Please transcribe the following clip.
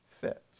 fit